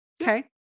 Okay